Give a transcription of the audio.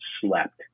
slept